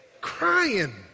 crying